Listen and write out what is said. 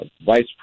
vice